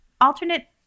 alternate